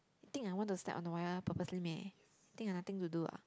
think I want to step on the wire purposely meh think I nothing to do ah